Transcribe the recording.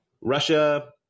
Russia